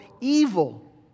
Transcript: evil